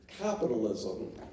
capitalism